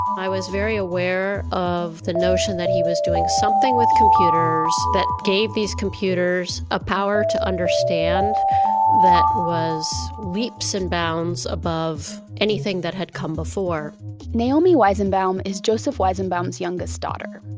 i was very aware of the notion that he was doing something with computers that gave these computers a power to understand that was leaps and bounds above anything that had come before naomi weizenbaum is joseph weizenbaum's youngest daughter.